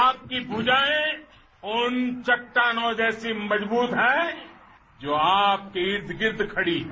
आपकी भुजाएं उन चट्टानों जैसी मजबूत हैं जो आपके इर्द गिर्द खड़ी हैं